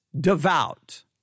devout